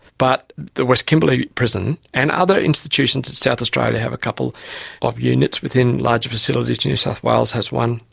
but the west kimberley prison and other institutions in south australia have a couple of units within large facilities, new south wales has one,